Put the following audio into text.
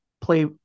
play